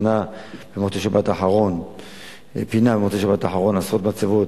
פינה במוצאי שבת האחרונים עשרות מצבות,